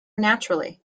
naturally